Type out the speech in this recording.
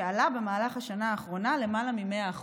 שעלה במהלך השנה האחרונה בלמעלה מ-100%.